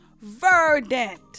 Verdant